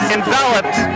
enveloped